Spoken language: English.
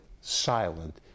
silent